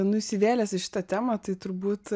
nu įsivėlęs į šitą temą tai turbūt